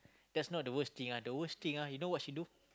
that's not the worst thing ah the worst thing ah you know what she do